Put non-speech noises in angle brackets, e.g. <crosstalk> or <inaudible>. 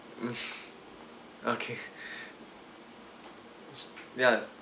<laughs> okay yeah